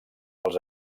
els